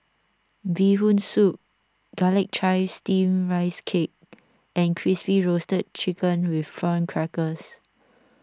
Bee Hoon Soup Garlic Chives Steamed Rice Cake and Crispy Roasted Chicken with Prawn Crackers